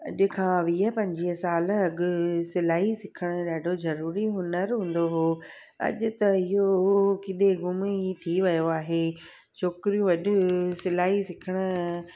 अॼु खां वीह पंजवीह साल अॻु सिलाई सिखणु ॾाढो ज़रूरी हूनरु हूंदो हुओ अॼु त इहो किथे गुमु ई थी वयो आहे छोकिरियूं वॾियूं सिलाई सिखण